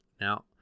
now